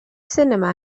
sinema